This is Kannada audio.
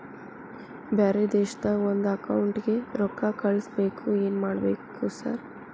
ಬ್ಯಾರೆ ದೇಶದಾಗ ಒಂದ್ ಅಕೌಂಟ್ ಗೆ ರೊಕ್ಕಾ ಕಳ್ಸ್ ಬೇಕು ಏನ್ ಮಾಡ್ಬೇಕ್ರಿ ಸರ್?